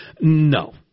No